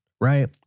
right